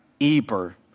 Eber